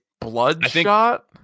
Bloodshot